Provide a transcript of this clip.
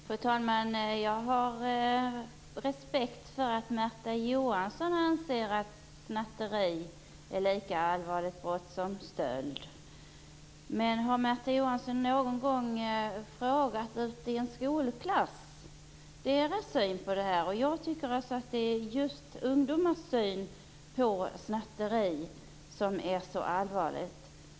Fru talman! Jag har respekt för att Märta Johansson anser att snatteri är ett lika allvarligt brott som stöld. Men har Märta Johansson någon gång frågat en skolklass om dess syn på den frågan? Jag tycker att just ungdomars syn på snatteri är allvarlig.